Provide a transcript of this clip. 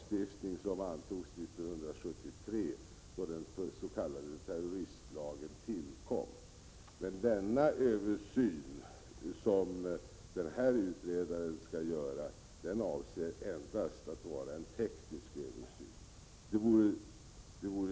Fru talman! Det är i och för sig av intresse att en utredare skall överväga om terroristbestämmelserna också i fortsättningen skall ingå i utlänningslagen eller brytas ut ur den lagen. Om de bryts ut ur den lagen, skulle det innebära en återgång till den typ av lagstiftning som antogs 1973, då den s.k. terroristlagen tillkom. Den översyn som den här utredningen skall göra avser endast att vara en teknisk översyn.